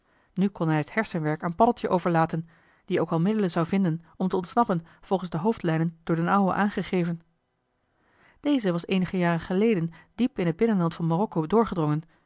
nu kon hij het hersenwerk aan paddeltje overlaten die ook wel middelen zou vinden om te ontsnappen volgens de hoofdlijnen door d'n ouwe aangegeven deze was eenige jaren geleden diep in het binnenland van marokko doorgedrongen